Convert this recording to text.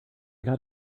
got